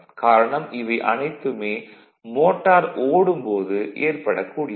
காரணம் இவை அனைத்துமே மோட்டார் ஓடும் போது ஏற்படக்கூடியவை